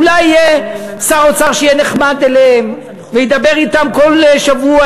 אולי שר האוצר יהיה נחמד אליהם וידבר אתם כל שבוע,